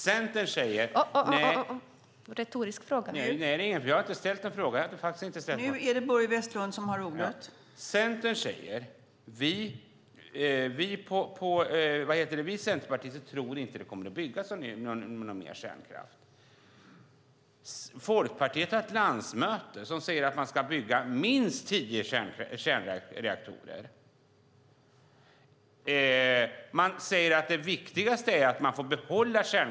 Centern säger: Vi centerpartister tror inte att det kommer att byggas någon mer kärnkraft. Folkpartiet har ett landsmöte där man säger att man ska bygga minst tio kärnreaktorer och att det viktigaste är att man får behålla kärnkraften.